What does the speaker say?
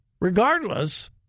regardless